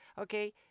okay